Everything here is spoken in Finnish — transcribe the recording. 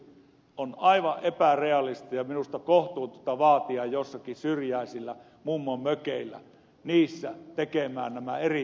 on aivan epärealistista ja minusta kohtuutonta vaatia joillakin syrjäisillä mummonmökeillä tekemään näitä erittäin kalliita investointeja